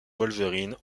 wolverine